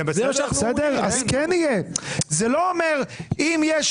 זה לא אומר שאם יש,